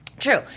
True